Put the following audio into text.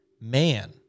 Man